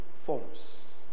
forms